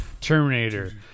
Terminator